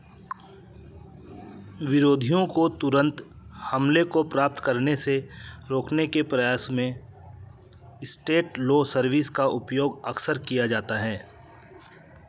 विरोधियों को तुरंत हमले को प्राप्त करने से रोकने के प्रयास में स्टेट लो सर्विस का उपयोग अक्सर किया जाता है